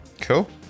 Cool